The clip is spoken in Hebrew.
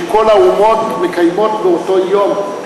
כשכל האומות מקיימות באותו יום.